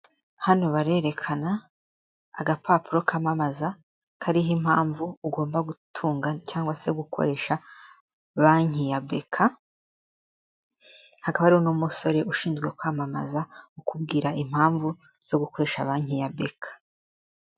Hano barerekana agapapuro kamamaza kariho impamvu ugomba gutunga cyangwa se gukoresha banki ya beka hakaba hariho n'umusore ushinzwe kwamamaza, ukubwira impamvu zo gukoresha banki ya beka.